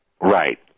Right